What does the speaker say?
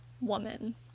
woman